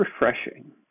refreshing